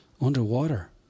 underwater